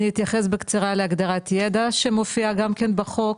12:18) אז אני אתייחס בקצרה להגדרת ידע שמופיעה גם כן בחוק,